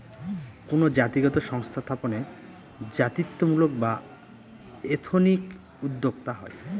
কোনো জাতিগত সংস্থা স্থাপনে জাতিত্বমূলক বা এথনিক উদ্যোক্তা হয়